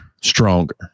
stronger